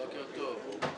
זה